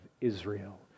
Israel